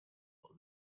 for